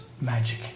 magic